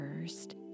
first